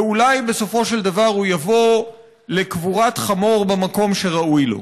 ואולי בסופו של דבר הוא יבוא לקבורת חמור במקום שראוי לו.